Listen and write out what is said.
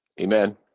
Amen